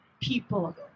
people